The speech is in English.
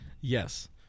Yes